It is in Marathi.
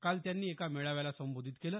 काल त्यांनी एका मेळाव्याला संबोधित केलं